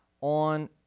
on